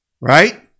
right